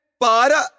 para